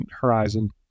horizon